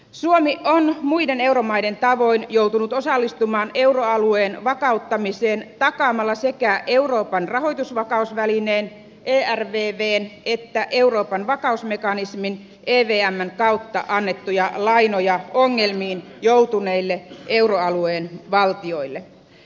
suomi on muiden euromaiden tavoin joutunut osallistumaan euroalueen vakauttamiseen takaamalla sekä euroopan rahoitusvakausvälineen ervvn että euroopan vakausmekanismin evmn kautta annettuja lainoja ongelmiin joutuneille euroalueen valtioille